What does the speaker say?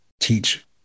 teach